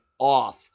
Off